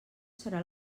serà